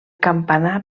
campanar